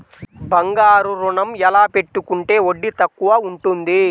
బంగారు ఋణం ఎలా పెట్టుకుంటే వడ్డీ తక్కువ ఉంటుంది?